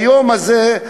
ביום הזה,